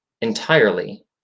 entirely